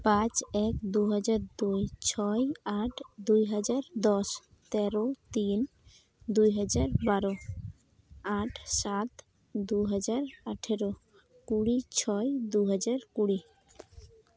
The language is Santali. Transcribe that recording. ᱯᱟᱸᱪ ᱮᱠ ᱫᱩᱦᱟᱡᱟᱨ ᱫᱩᱭ ᱪᱷᱚᱭ ᱟᱴ ᱫᱩᱭ ᱦᱟᱡᱟᱨ ᱫᱚᱥ ᱛᱮᱨᱚ ᱛᱤᱱ ᱫᱩᱭ ᱦᱟᱡᱟᱨ ᱵᱟᱨᱚ ᱟᱴ ᱥᱟᱛ ᱫᱩ ᱦᱟᱡᱟᱨ ᱟᱴᱷᱮᱨᱚ ᱠᱩᱲᱤ ᱪᱷᱚᱭ ᱫᱩ ᱦᱟᱡᱟᱨ ᱠᱩᱲᱤ